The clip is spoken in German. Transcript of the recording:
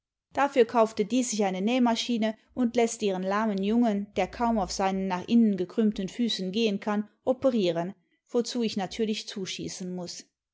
dafür kaufte die sich eine nähmaschine und läßt ihren lahmen jungen der kaum auf seinen nach innen gekrümmten füßen gehen kann operieren wozu ich natürlich zuschießen muß